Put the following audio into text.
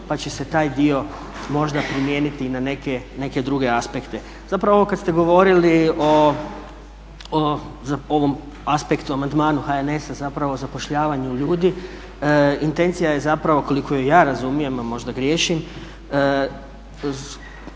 pa će se taj dio možda primijeniti i na neke druge aspekte. Zapravo ovo kad ste govorili o ovom aspektu, amandmanu HNS-a zapravo zapošljavanju ljudi, intencija je zapravo koliko je ja razumijem, a možda griješim,